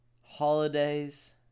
holidays